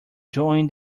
join